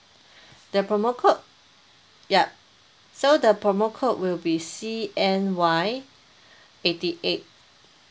the promo code yup so the promo code will be C_N_Y eighty eight